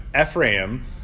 Ephraim